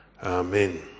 Amen